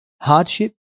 hardship